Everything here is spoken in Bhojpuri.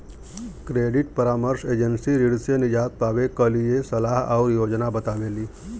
क्रेडिट परामर्श एजेंसी ऋण से निजात पावे क लिए सलाह आउर योजना बतावेली